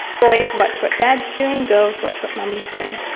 boys watch what dad is doing, girls watch what mum is doing.